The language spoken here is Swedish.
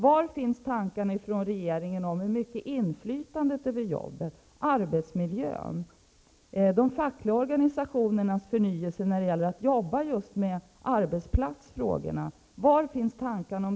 Var finns i regeringens arbetsmarknadspolitik tankarna om inflytandet över jobben och arbetsmiljön, om fackliga organisationers förnyelse när det gäller att jobba med arbetsplatsfrågorna?